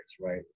right